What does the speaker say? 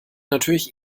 natürlich